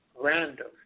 Random